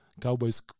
cowboys